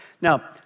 Now